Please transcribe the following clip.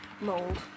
mold